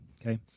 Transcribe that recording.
Okay